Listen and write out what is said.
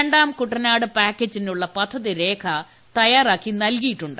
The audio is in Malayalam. രണ്ടാം കൂട്ടനാട് പാക്കേജിനുള്ള പദ്ധതിരേഖ തയ്യാറാക്കി നൽകിയിട്ടുണ്ട്